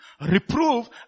Reprove